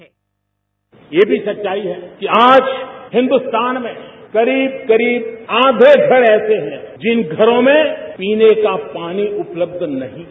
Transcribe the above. sound bite यह भी सच्चाई है कि आज हिंदुस्तान में करीब करीब आधे घर ऐसे हैं जिन घरों में पीने का पानी उपलब्ध नहीं है